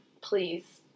Please